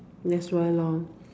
that's why loh